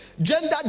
Gender